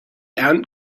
ant